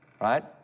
right